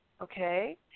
okay